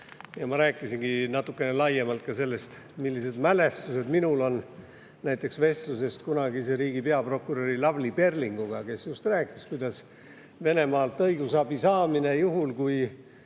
Ma rääkisingi natukene laiemalt ka sellest, millised mälestused minul on näiteks vestlusest kunagise riigi peaprokuröri Lavly Perlinguga, kes just rääkis, kuidas käib Venemaalt õigusabi saamine – juhul kui